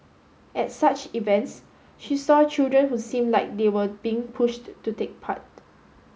at such events she saw children who seemed like they were being pushed to take part